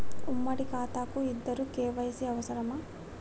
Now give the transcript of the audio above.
ఉమ్మడి ఖాతా కు ఇద్దరు కే.వై.సీ అవసరమా?